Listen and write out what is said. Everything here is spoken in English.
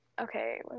Okay